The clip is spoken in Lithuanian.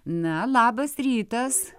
na labas rytas